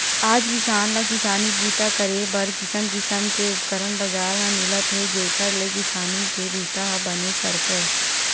आज किसान ल किसानी बूता करे बर किसम किसम के उपकरन बजार म मिलत हे जेखर ले किसानी के बूता ह बने सरकय